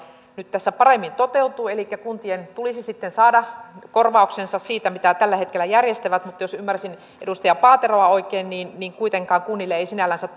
nyt tässä paremmin toteutuu elikkä kuntien tulisi sitten saada korvauksensa siitä mitä tällä hetkellä järjestävät mutta jos ymmärsin edustaja paateroa oikein niin niin kuitenkaan kunnille ei sinällänsä